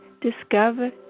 discover